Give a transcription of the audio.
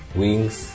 wings